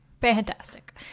fantastic